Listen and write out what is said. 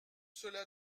cela